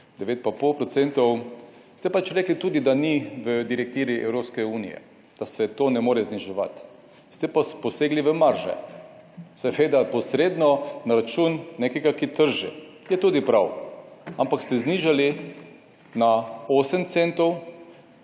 9,5 % ste pač rekli tudi, da ni v direktivi Evropske unije, da se to ne more zniževati. Ste pa posegli v marže seveda posredno na račun nekega, ki trži. Je tudi prav, ampak ste znižali na 8 centov.